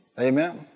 Amen